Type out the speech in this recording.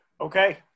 okay